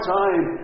time